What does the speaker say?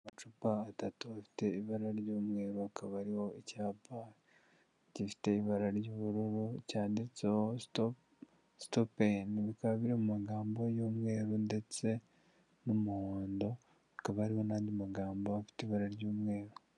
Amacupa atatu afite ibara ry'umweru akaba ariho icyapa gifite ibara ry'ubururu cyanditseho stop bikaba biri mu magambo y'umweru ndetse n'umuhondo akaba ariho n'andi magambo afite ibara ry'umweru.